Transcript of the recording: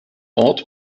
ort